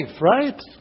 right